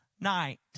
night